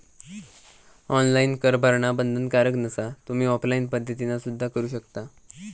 online कर भरणा बंधनकारक नसा, तुम्ही ऑफलाइन पद्धतीना सुद्धा करू शकता